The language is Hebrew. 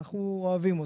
אנחנו אוהבים אותך,